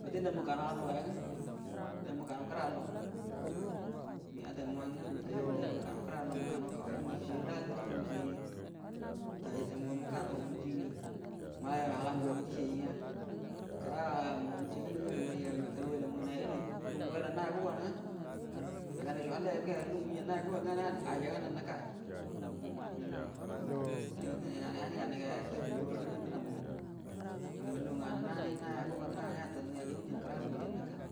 Wate damu mukanaw allo yangwə damu mu kanaw kəra allo ga dam ma gwə nəkay gamu ya gərə məkanaw kəra allo kawaidi ngamu cieyyu, laha dari cieyyay, day dam mugo mukanow diengə məlay nawal hala ngamu cie monti ngwə nəkay gamuray ga dənay cie nganay yani ganay ga yakalli yuro daramu amma lugungə hujjan na yakugan ngwə nanie atal nə gəra nika